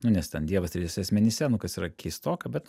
nu nes ten dievas trijuose asmenyse nu kas yra keistoka bet